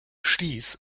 stieß